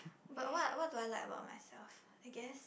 but what what do I like about myself I guess